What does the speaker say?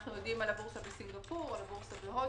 אנו יודעים על הבורסה בסינגפור, בהודו.